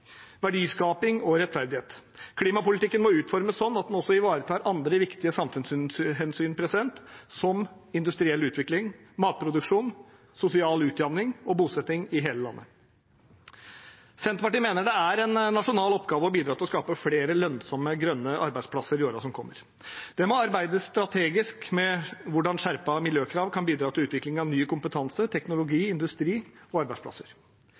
verdiskaping og rettferdighet. Klimapolitikken må utformes sånn at den også ivaretar andre viktige samfunnshensyn, som industriell utvikling, matproduksjon, sosial utjamning og bosetting i hele landet. Senterpartiet mener det er en nasjonal oppgave å bidra til å skape flere lønnsomme grønne arbeidsplasser i årene som kommer. Det må arbeides strategisk med hvordan skjerpede miljøkrav kan bidra til utvikling av ny kompetanse, teknologi, industri og arbeidsplasser.